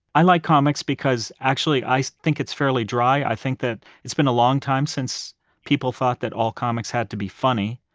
i like comics because actually i think it's fairly dry. i think that it's been a long time since people thought that all comics had to be funny.